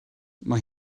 mae